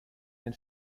den